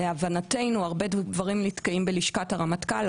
להבנתנו הרבה דברים נתקעים בלשכת הרמטכ"ל.